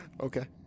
Okay